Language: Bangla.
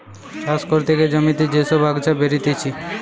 চাষ করতে গিয়ে জমিতে যে সব আগাছা বেরতিছে